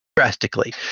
drastically